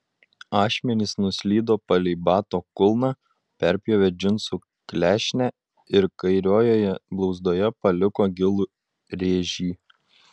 ašmenys nuslydo palei bato kulną perpjovė džinsų klešnę ir kairiojoje blauzdoje paliko gilų rėžį